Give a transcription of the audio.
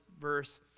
verse